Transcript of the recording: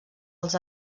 els